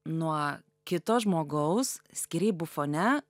nuo kito žmogaus skyrybų fone